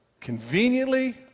conveniently